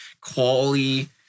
quality